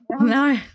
No